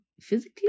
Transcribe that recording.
physically